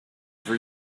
for